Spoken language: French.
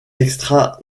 extra